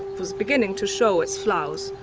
was beginning to show its flaws,